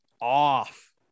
off